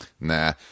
nah